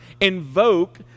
invoke